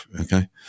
Okay